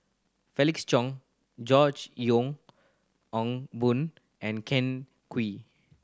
Felix Cheong George Yeo Yong Boon and Ken Kwek